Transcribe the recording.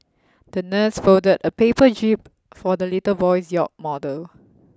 the nurse folded a paper jib for the little boy's yacht model